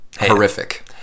horrific